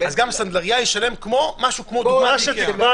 גם סנדלריה תשלם כמו איקאה לדוגמה.